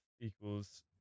equals